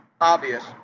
obvious